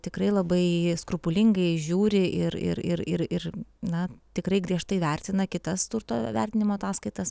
tikrai labai skrupulingai žiūri ir ir ir ir ir na tikrai griežtai vertina kitas turto vertinimo ataskaitas